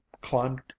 climbed